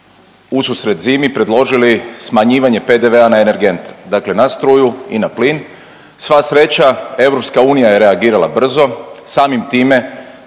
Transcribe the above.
ususret zimi predložili smanjivanje PDV-a na energente, dakle na struju i na plin. Sva sreća Europska unija je reagirala brzo. Samim time